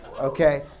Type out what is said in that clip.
Okay